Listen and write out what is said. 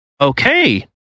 Okay